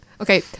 Okay